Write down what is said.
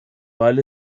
weil